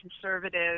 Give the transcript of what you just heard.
conservative